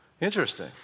Interesting